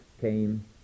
came